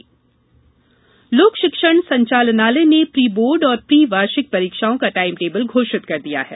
परीक्षा लोक शिक्षण संचालनालय ने प्री बोर्ड और प्री बार्षिक परीक्षाओं का टाइम टेबल घोषित कर दिया है